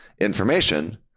information